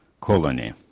colony